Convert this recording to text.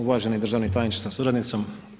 Uvaženi državni tajniče sa suradnicom.